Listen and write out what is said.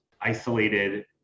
isolated